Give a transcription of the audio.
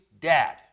dad